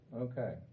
Okay